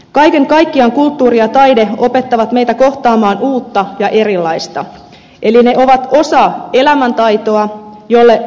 kaiken kaikkiaan kulttuuri ja taide opettavat meitä kohtaamaan uutta ja erilaista eli ne ovat osa elämäntaitoa jolle suvaitsevaisuus perustuu